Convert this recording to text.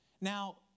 now